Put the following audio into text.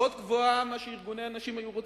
פחות גבוהה מאשר ארגוני הנשים היו רוצים,